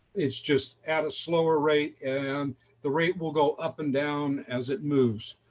it's just at a slower rate and the rate will go up and down as it moves.